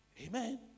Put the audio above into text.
Amen